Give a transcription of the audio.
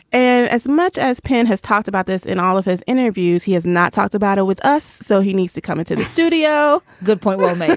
and as much as penn has talked about this in all of his interviews, he has not talked about it with us. so he needs to come into the studio. good point. well-made,